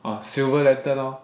orh silver lantern lor